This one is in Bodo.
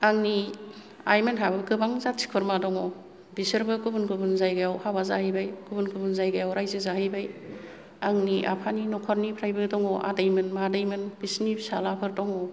आंनि आइमोनहाबो गोबां जाथि खुरमा दङ बिसोरबो गुबुन गुबुन जायगायाव हाबा जाहैबाय गुबुन गुबुन जायगायाव रायजो जाहैबाय आंनि आफानि नख'रनिफ्रायबो दङ आदैमोन मादैमोन बिसोरनि फिसालाफोर दङ